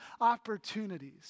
opportunities